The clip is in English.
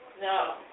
No